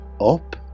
up